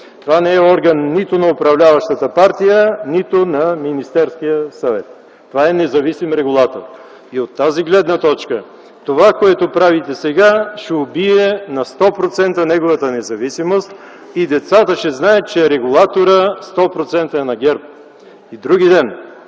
Това не е орган нито на управляващата партия, нито на Министерския съвет. Това е независим регулатор. И от тази гледна точка това, което правите сега, ще убие на 100% неговата независимост. И децата ще знаят, че регулаторът на 100% е на ГЕРБ. И в други ден